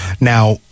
Now